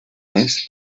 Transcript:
vez